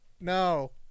no